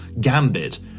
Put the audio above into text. gambit